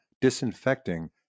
disinfecting